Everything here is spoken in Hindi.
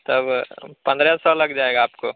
तब पंद्रह सौ लग जाएगा आपको